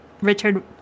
Richard